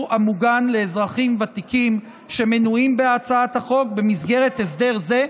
המוגן לאזרחים ותיקים שמנויים בהצעת החוק במסגרת הסדר זה,